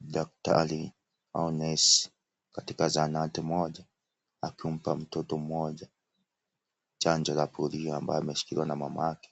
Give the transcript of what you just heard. Daktari au nesi katika zahanati moja, akimpa mtoto mmoja chanjo ya polio ambayo ameshikiliwa na mamake,